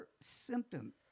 symptom